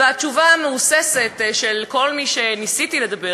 התשובה המהוססת של כל מי שניסיתי לדבר